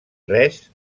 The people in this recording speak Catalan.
res